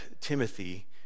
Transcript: Timothy